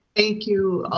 thank you,